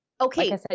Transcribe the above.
Okay